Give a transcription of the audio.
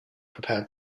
prepared